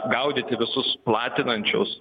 gaudyti visus platinančius